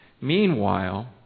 Meanwhile